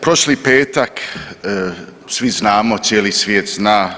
Prošli petak svi znamo cijeli svijet zna